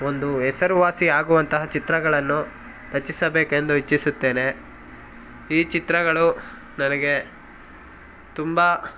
ಒಂದು ಹೆಸರುವಾಸಿಯಾಗುವಂತಹ ಚಿತ್ರಗಳನ್ನು ರಚಿಸಬೇಕೆಂದು ಇಚ್ಛಿಸುತ್ತೇನೆ ಈ ಚಿತ್ರಗಳು ನನಗೆ ತುಂಬ